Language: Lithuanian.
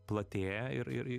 platėja ir ir